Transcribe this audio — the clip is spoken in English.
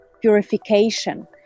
purification